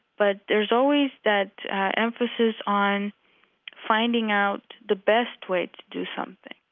but there's always that emphasis on finding out the best way to do something